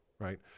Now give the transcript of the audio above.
Right